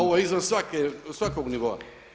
Ovo je izvan svakog nivoa.